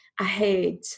ahead